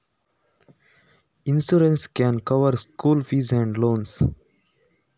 Insurance ನಿಂದ ಶಾಲೆಯ ದುಡ್ದು ಕಟ್ಲಿಕ್ಕೆ ಆಗ್ತದಾ ಮತ್ತು ಸಾಲ ತೆಗಿಬಹುದಾ?